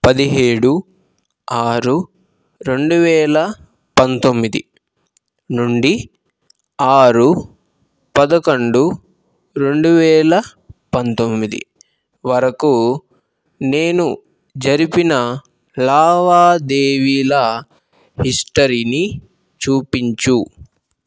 పదిహేడు ఆరు రెండు వేల పంతొమ్మిది నుండి ఆరు పదకొండు రెండు వేల పంతొమ్మిది వరకు నేను జరిపిన లావాదేవీల హిస్టరీని చూపించు